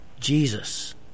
Jesus